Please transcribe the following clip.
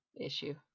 issue